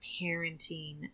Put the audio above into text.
parenting